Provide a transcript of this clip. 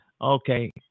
okay